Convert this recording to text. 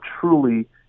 truly